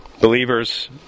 Believers